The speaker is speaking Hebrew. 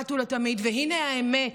אחת ולתמיד, הינה האמת: